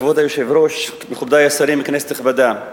כבוד היושב-ראש, מכובדי השרים, כנסת נכבדה,